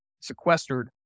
sequestered